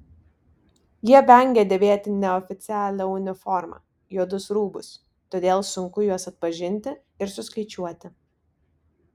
jie vengia dėvėti neoficialią uniformą juodus rūbus todėl sunku juos atpažinti ir suskaičiuoti